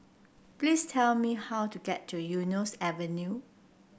please tell me how to get to Eunos Avenue